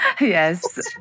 Yes